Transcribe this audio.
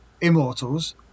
Immortals